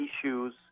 issues